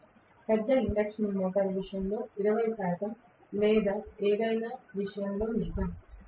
ఇది పెద్ద induction motor విషయంలో 20 శాతం లేదా ఏదైనా విషయంలో నిజం